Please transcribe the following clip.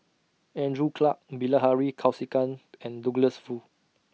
Andrew Clarke Bilahari Kausikan and Douglas Foo